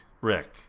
rick